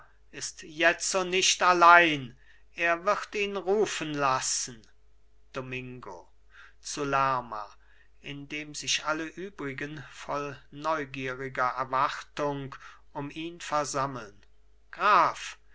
ist jetzo nicht allein er wird ihn rufen lassen domingo zu lerma indem sich alle übrigen voll neugieriger erwartung um ihn versammeln graf